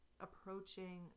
approaching